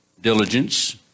diligence